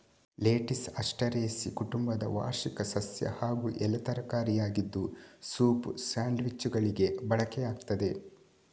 lettuce Asteraceae ಕುಟುಂಬದ ವಾರ್ಷಿಕ ಸಸ್ಯ ಹಾಗೂ ಎಲೆ ತರಕಾರಿಯಾಗಿದ್ದು ಸೂಪ್, ಸ್ಯಾಂಡ್ವಿಚ್ಚುಗಳಿಗೆ ಬಳಕೆಯಾಗ್ತದೆ